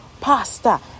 pasta